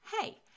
Hey